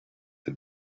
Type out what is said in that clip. had